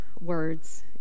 words